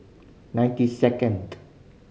ninety second